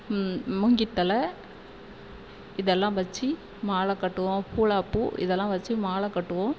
மூங்கித்தளை இதெல்லாம் வச்சு மாலை கட்டுவோம் பூளைப்பூ இதெல்லாம் வச்சு மாலை கட்டுவோம்